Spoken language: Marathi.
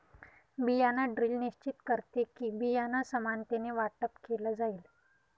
बियाण ड्रिल निश्चित करते कि, बियाणं समानतेने वाटप केलं जाईल